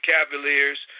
Cavaliers